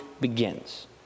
begins